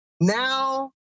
now